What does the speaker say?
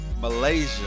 Malaysia